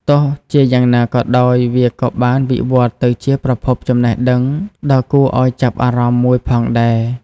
ទោះជាយ៉ាងណាក៏ដោយ វាក៏បានវិវត្តទៅជាប្រភពចំណេះដឹងដ៏គួរឲ្យចាប់អារម្មណ៍មួយផងដែរ។